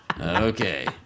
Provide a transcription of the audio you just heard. Okay